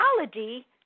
technology